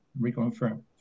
reconfirm